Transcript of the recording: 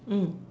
mm